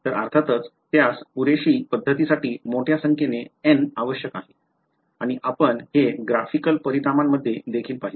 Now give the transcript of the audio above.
तर अर्थातच त्यास पुरेशी पध्दतीसाठी मोठ्या संख्येने N आवश्यक आहे आणि आम्ही हे ग्राफिकल परिणामांमध्ये देखील पाहिले